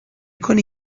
کنی